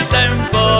tempo